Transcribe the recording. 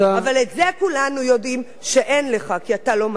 אבל את זה כולנו יודעים שאין לך, כי אתה לא מנהיג.